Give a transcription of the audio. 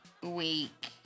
Week